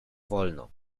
wolno